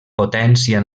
potència